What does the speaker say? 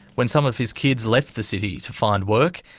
when some of his kids left the city to find work,